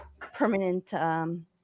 permanent